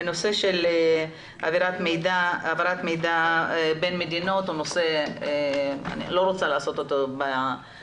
את הנושא של העברת מידע בין מדינות אני לא רוצה לדון בו